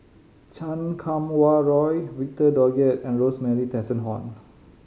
Chan Kum Wah Roy Victor Doggett and Rosemary Tessensohn